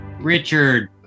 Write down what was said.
Richard